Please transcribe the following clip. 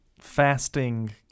fasting